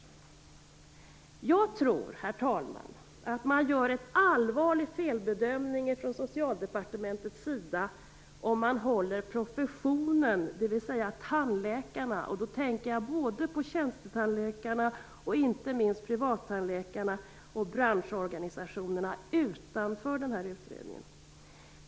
Herr talman! Jag tror att man gör en allvarlig felbedömning från Socialdepartementet om man håller professionen - dvs. tandläkarna - och då tänker jag på tjänstetandläkarna, privattandläkarna och branschorganisationen - utanför den här utredningen.